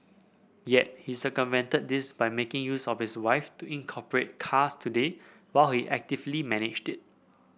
yet he circumvented this by making use of his wife to incorporate Cars Today while he actively managed it